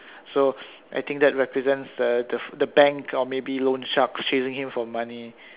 so I think that represents the the bank or maybe loan sharks chasing him for money